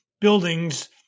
buildings